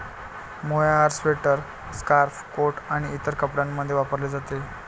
mohair sweater, scarf, coat आणि इतर कपड्यांमध्ये वापरले जाते